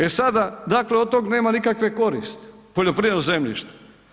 E sada, dakle od tog nema nikakve koristi, poljoprivredno zemljište.